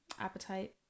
appetite